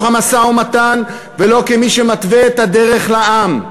המשא-ומתן ולא כמי שמתווה את הדרך לעם.